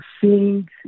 seeing